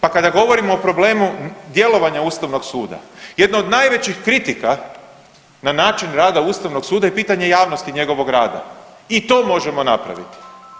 Pa kada govorimo o problemu djelovanju Ustavnog suda jedna od najvećih kritika na način rada Ustavnog suda je pitanje javnosti njegovog rada i to možemo napraviti.